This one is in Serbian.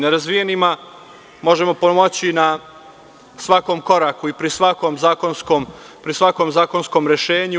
Nerazvijenima možemo pomoći na svakom koraku i pri svakom zakonskom rešenju.